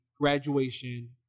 Graduation